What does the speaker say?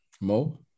Mo